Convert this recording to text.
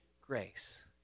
grace